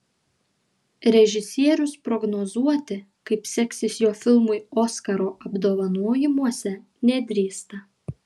režisierius prognozuoti kaip seksis jo filmui oskaro apdovanojimuose nedrįsta